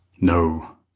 No